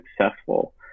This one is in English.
successful